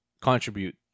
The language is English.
contribute